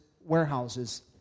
warehouses